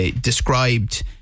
described